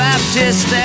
Baptist